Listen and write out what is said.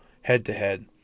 head-to-head